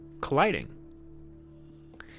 colliding